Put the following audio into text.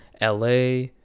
LA